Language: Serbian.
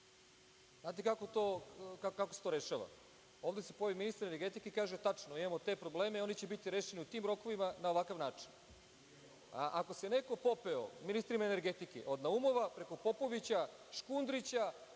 Znate kako se to rešava? Ovde se pojavi ministar energetike i kaže – tačno, imamo te probleme i oni će biti rešeni u tim rokovima, na ovakav način. Ako se neko popeo ministrima energetike, od Naumova, preko Popovića, Škundrića,